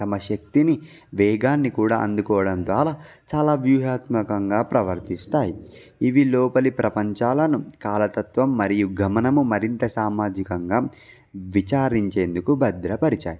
తమ శక్తిని వేగాన్ని కూడా అందుకోవడం ద్వారా చాలా వ్యూహ్యాత్మకంగా ప్రవర్తిస్తాయి ఇవి లోపలి ప్రపంచాలను కాలతత్వం మరియు గమనము మరింత సామాజికంగా విచారించేందుకు భద్రపరిచాయి